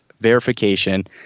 verification